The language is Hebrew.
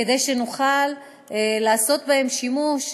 כדי שנוכל לעשות בהם שימוש,